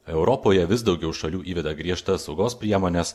europoje vis daugiau šalių įveda griežtas saugos priemones